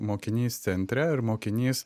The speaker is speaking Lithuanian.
mokinys centre ir mokinys